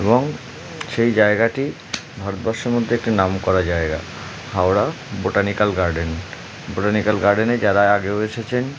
এবং সেই জায়গাটি ভারতবর্ষের মধ্যে একটি নাম করা জায়গা হাওড়া বোটানিক্যাল গার্ডেন বোটানিকাল গার্ডেনে যারা আগেও এসেছেন